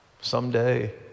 Someday